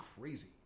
crazy